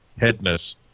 headness